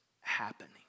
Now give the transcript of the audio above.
happening